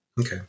Okay